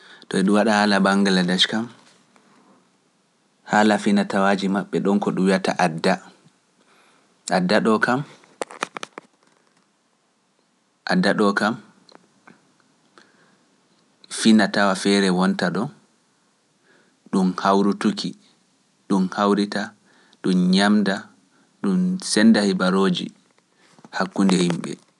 To e ɗum waɗa haala Bangladesh kam, haala finatawaaji maɓɓe ɗon ko ɗum wi’ata adda, adda ɗo kam, adda ɗo kam, finatawa feere wonta ɗo, ɗum hawrutuki, ɗum hawrita, ɗum ñamda, ɗum sennda hibarooji hakkunde yimɓe.